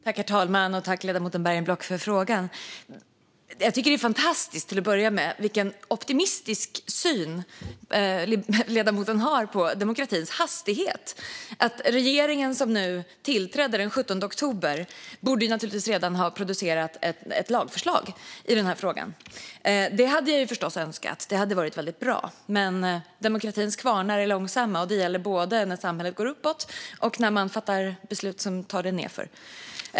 Herr talman! Tack, ledamoten Bergenblock, för frågan! Jag tycker, till att börja med, att det är fantastiskt att ledamoten har en så optimistisk syn på demokratins hastighet - den regering som tillträdde den 17 oktober borde naturligtvis redan ha producerat ett lagförslag i denna fråga. Det hade jag förstås önskat - det hade varit väldigt bra - men demokratins kvarnar mal långsamt; det gäller både när samhället går uppåt och när man fattar beslut som tar det nedåt.